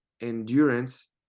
endurance